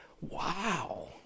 Wow